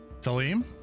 Salim